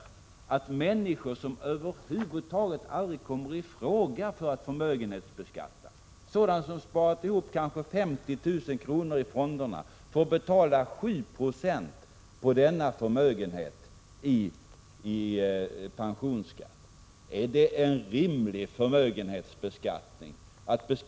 Människor som över huvud taget aldrig kommer i fråga för förmögenhetsbeskattning — jag tänker då på dem som sparat kanske 50 000 kr. i fonderna — får avstå 7 26 av sin förmögenhet för att betala pensionsskatt. Är det rimligt att beskatta så här små förmögenheter med 7 26?